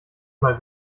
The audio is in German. mal